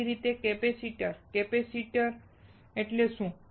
એ જ રીતે capacitor capacitor એટલે શું